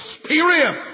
experience